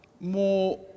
more